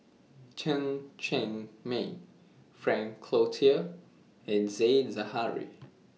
Chen Cheng Mei Frank Cloutier and Said Zahari